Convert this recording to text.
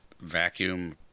vacuum